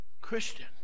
Christian